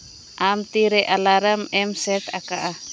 ᱟᱢ ᱛᱤᱱ ᱨᱮ ᱮᱞᱟᱨᱢ ᱮᱢ ᱥᱮᱴ ᱟᱠᱟᱜᱼᱟ